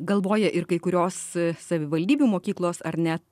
galvoja ir kai kurios savivaldybių mokyklos ar net